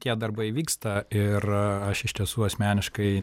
tie darbai vyksta ir aš iš tiesų asmeniškai